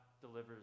delivers